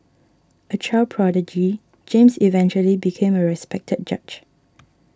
a child prodigy James eventually became a respected judge